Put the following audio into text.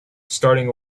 starting